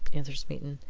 answered smeaton.